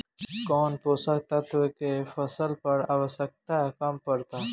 कौन पोषक तत्व के फसल पर आवशयक्ता कम पड़ता?